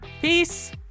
peace